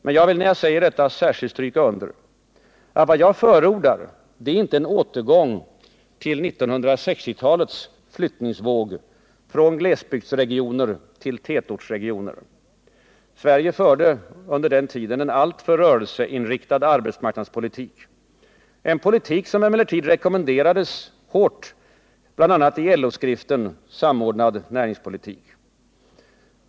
Men jag vill när jag säger detta särskilt stryka under att vad jag förordar är inte en återgång till 1960-talets flyttningsvåg från glesbygdsregioner till tätortsregioner. Sverige förde under den tiden en alltför rörelseinriktad arbetsmarknadspolitik, en politik som emellertid rekommenderades bl.a. i LO-skriften Samordnad näringspolitik.